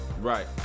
Right